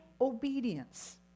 obedience